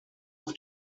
auf